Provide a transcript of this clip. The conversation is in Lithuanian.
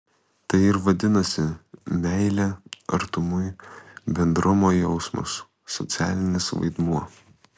tai ir vadinasi meilė artimui bendrumo jausmas socialinis vaidmuo